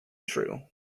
true